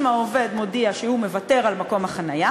אם העובד מודיע שהוא מוותר על מקום החניה